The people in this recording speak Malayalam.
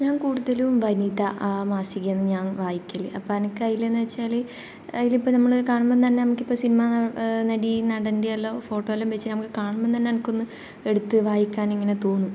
ഞാൻ കൂടുതലും വനിത ആ മാസികയാണ് ഞാൻ വായിക്കല് അപ്പം എനിക്ക് അതിൽ എന്നു വച്ചാൽ അതിലിപ്പോൾ നമ്മൾ കാണുമ്പം തന്നെ ഇപ്പോൾ സിനിമ നടി നടൻ്റെ എല്ലാം ഫോട്ടോ എല്ലാം വച്ച് നമുക്ക് കാണുമ്പോൾ തന്നെ നമുക്കൊന്ന് എടുത്തു വായിക്കാൻ ഇങ്ങനെ തോന്നും